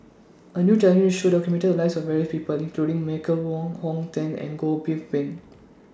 A New television Show documented The Lives of various People including Michael Wong Hong Teng and Goh Bin